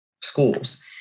schools